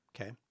Okay